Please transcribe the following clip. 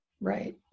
right